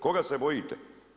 Koga se bojite?